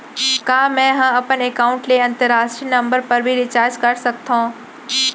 का मै ह अपन एकाउंट ले अंतरराष्ट्रीय नंबर पर भी रिचार्ज कर सकथो